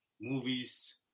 movies